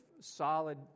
solid